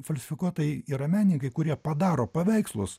falsifikuotai yra menininkai kurie padaro paveikslus